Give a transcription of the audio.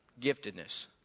giftedness